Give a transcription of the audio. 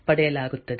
ಪಡೆಯಲಾಗುತ್ತದೆ